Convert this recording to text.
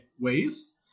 ways